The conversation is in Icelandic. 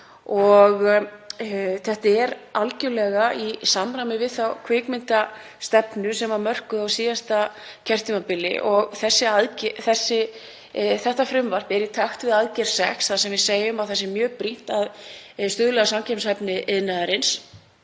Þetta er algjörlega í samræmi við þá kvikmyndastefnu sem var mörkuð á síðasta kjörtímabili. Þetta frumvarp er í takt við aðgerð sex þar sem við segjum að mjög brýnt sé að stuðla að samkeppnishæfni iðnaðarins.